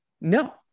No